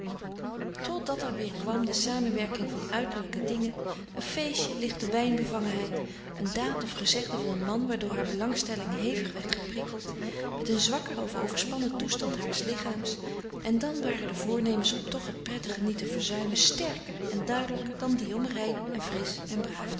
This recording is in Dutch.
totdat er weer kwam de samenwerking van uiterlijke dingen een feestje lichte wijn bevangenheid een daad of gezegde van een man waardoor haar belangstelling hevig werd geprikkeld met een zwakkeren of overspannen toestand haars lichaams en dan waren de voornemens om toch het prettige niet te verzuimen sterker en duidelijker dan die om rein en frisch en braaf